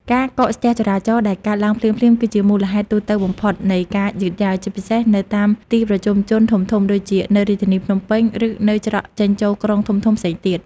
ការកកស្ទះចរាចរណ៍ដែលកើតឡើងភ្លាមៗ គឺជាមូលហេតុទូទៅបំផុតនៃការយឺតយ៉ាវ ជាពិសេសនៅតាម ទីប្រជុំជនធំៗ ដូចជានៅរាជធានីភ្នំពេញ ឬនៅច្រកចេញចូលក្រុងធំៗផ្សេងទៀត។